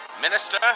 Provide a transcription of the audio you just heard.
Minister